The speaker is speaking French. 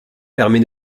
permet